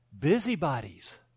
Busybodies